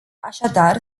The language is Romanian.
așadar